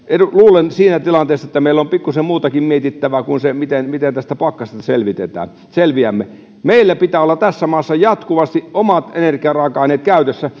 luulen että meillä on siinä tilanteessa pikkuisen muutakin mietittävää kuin se miten miten pakkasesta selviämme selviämme meillä pitää olla tässä maassa jatkuvasti omat energiaraaka aineet käytössä